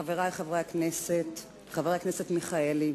חברי חברי הכנסת, חבר הכנסת מיכאלי,